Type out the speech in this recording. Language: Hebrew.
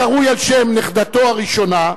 הקרוי על שם נכדתו הראשונה,